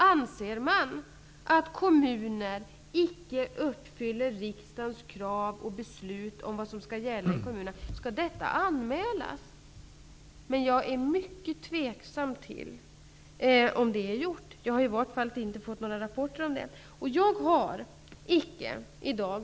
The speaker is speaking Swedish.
Anser man att kommuner icke uppfyller riksdagens krav och beslut om vad som skall gälla i kommunerna, skall detta anmälas. Men jag är mycket tveksam till om det är gjort. Jag har i vart fall inte fått några rapporter om det.